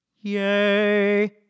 Yay